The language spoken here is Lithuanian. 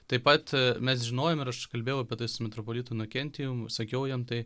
taip pat mes žinojome ir aš kalbėjau apie tai su metropolitu inokentijum sakiau jam tai